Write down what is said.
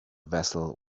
vessel